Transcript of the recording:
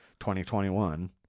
2021